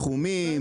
סכומים,